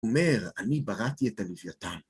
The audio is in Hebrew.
אומר, אני בראתי את הלוויתן.